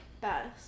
Best